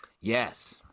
Yes